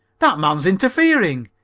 that man's interfering,